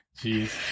Jeez